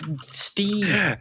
Steve